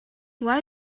why